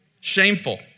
shameful